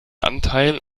anteil